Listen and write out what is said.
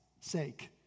sake